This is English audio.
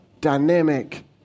dynamic